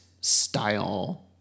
style